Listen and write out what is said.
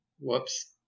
whoops